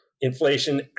inflation